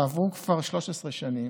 ועברו כבר 13 שנים,